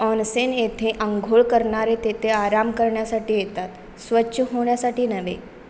onsen येथे आंघोळ करणारे तेथे आराम करण्यासाठी येतात स्वच्छ होण्यासाठी नव्हे